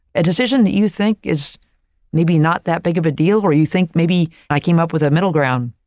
a decision that you think is maybe not that big of a deal, or you think maybe if i came up with a middle ground